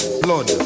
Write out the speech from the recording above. blood